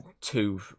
two